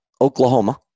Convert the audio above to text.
Oklahoma